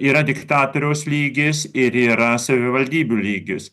yra diktatoriaus lygis ir yra savivaldybių lygis